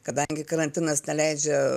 kadangi karantinas neleidžia